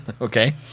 okay